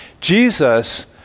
Jesus